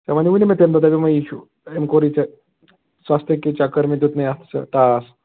ژےٚ ووٚنیٛوُے نا مےٚ تَمہِ دۅہہ دپیٛومے یہِ چھُ أمۍ کوٚرنے ژےٚ سَستہٕ کےٚ چَکر میں دیُتنےَ اَتھٕ سٍتۍ ٹاس